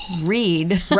read